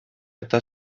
eta